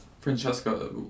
Francesca